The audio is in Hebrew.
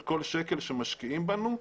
על כל שקל שמשקיעים בנו,